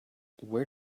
where